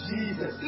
Jesus